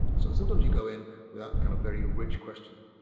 so sometimes you go in with that kind of very rich question.